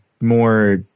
more